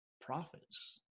profits